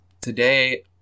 Today